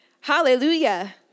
Hallelujah